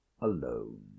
alone